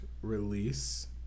release